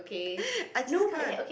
I just can't